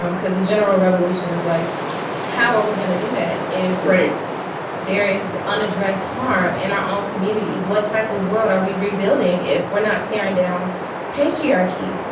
um because a general revolution is like how are we gonna do that? if there is unaddressed harm in our own communities? what type of world are we rebuilding, if we're not tearing down patriarchy?